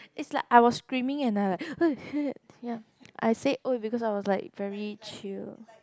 it's like I was screaming and I like I said !oi! because I was like very chill